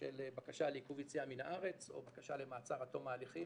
של בקשה לעיכוב יציאה מהארץ או בקשה למעצר עד תום ההליכים,